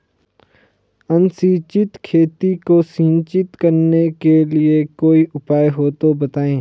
असिंचित खेती को सिंचित करने के लिए कोई उपाय हो तो बताएं?